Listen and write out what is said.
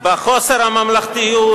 בחוסר הממלכתיות,